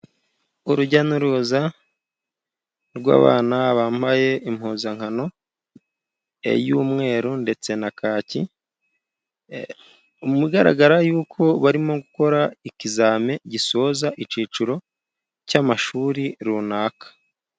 Urujya n'uruza rw'abana bambaye impuzankano y'umweru ndetse na kaki. Mubigaragara, barimo gukora ikizamini gisoza icyiciro cy'amashuri runaka.